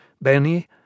Benny